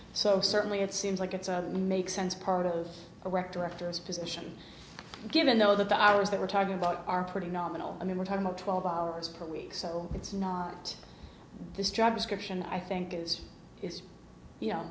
so certainly it seems like it's a make sense part of a wreck directors position given no the powers that we're talking about are pretty nominal i mean we're talking about twelve hours per week so it's not this job description i think is it's you know